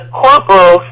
corporal